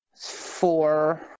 four